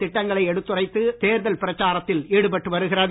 திட்டங்களை எடுத்துரைத்து தேர்தல் பிரச்சாரத்தில் ஈடுபட்டு வருகிறது